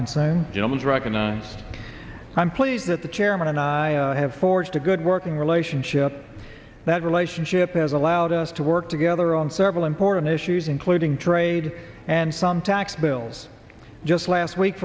say gentleman's recognized i'm pleased that the chairman and i have forged a good working relationship that relationship has allowed us to work together on several important issues including trade and some tax bills just last week